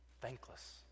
Thankless